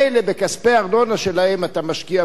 בכספי הארנונה שלהם אתה משקיע בחוף,